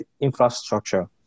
infrastructure